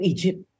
Egypt